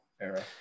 era